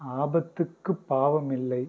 ஆபத்துக்கு பாவம் இல்லை